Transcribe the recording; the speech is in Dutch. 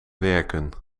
werken